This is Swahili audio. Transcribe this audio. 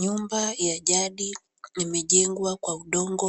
Nyumba ya jadi imejengwa kwa udongo